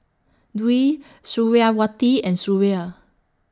Dwi Suriawati and Suria